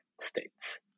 states